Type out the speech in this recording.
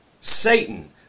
Satan